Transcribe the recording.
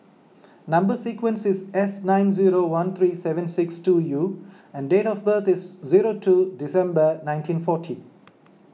Number Sequence is S nine zero one three seven six two U and date of birth is zero two December nineteen forty